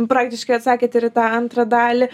praktiškai atsakėt ir į antrą dalį